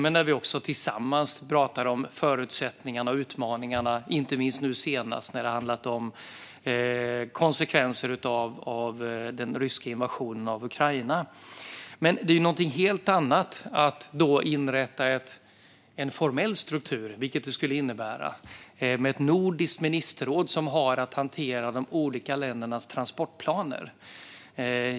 Vi pratar också tillsammans om förutsättningarna och utmaningarna. Det gäller inte minst nu senast när det handlat om konsekvenser av den ryska invasionen av Ukraina. Det är någonting helt annat att inrätta en formell struktur, vilket det skulle innebära med ett nordiskt ministerråd som har att hantera de olika ländernas transportplaner.